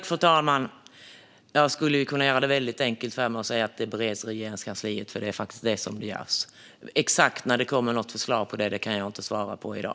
Fru talman! Jag skulle kunna göra det väldigt enkelt för mig och säga att frågan bereds i Regeringskansliet. Det är faktiskt det som görs. Exakt när det kommer något förslag kan jag inte svara på i dag.